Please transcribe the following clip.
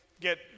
get